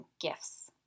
gifts